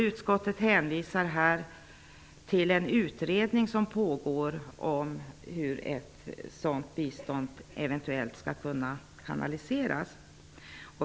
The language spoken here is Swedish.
Utskottet hänvisar till en utredning som pågår om hur ett sådant bistånd eventuellt skall kunna kanaliseras.